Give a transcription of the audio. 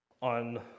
on